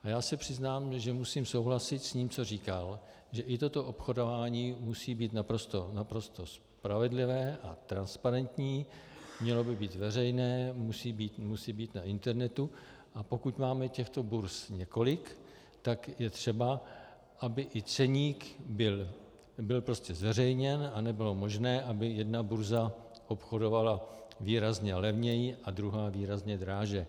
Já se přiznám, že musím souhlasit s tím, co říkal, že i toto obchodování musí být naprosto spravedlivé a transparentní, mělo by být veřejné, musí být na internetu, a pokud máme těchto burz několik, tak je třeba, aby i ceník byl prostě zveřejněn a nebylo možné, aby jedna burza obchodovala výrazně levněji a druhá výrazně dráže.